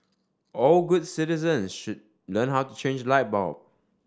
all good citizens should learn how to change light bulb